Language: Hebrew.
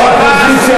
חברי האופוזיציה,